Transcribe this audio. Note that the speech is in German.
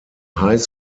high